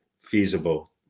feasible